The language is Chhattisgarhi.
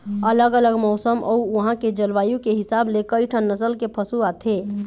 अलग अलग मउसन अउ उहां के जलवायु के हिसाब ले कइठन नसल के पशु आथे